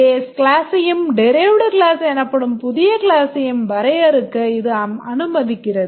Base class ஐயும் derived class எனப்படும் புதிய class ஐயும் வரையறுக்க இது அனுமதிக்கிறது